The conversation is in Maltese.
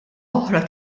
oħra